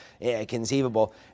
conceivable